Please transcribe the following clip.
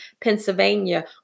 Pennsylvania